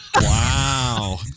Wow